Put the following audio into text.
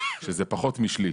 שזה פחות משליש.